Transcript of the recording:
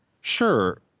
Sure